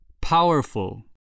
Powerful